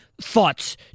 thoughts